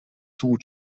two